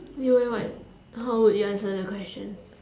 you eh what how would you answer the question